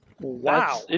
Wow